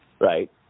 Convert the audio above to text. Right